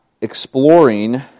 exploring